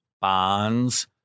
bonds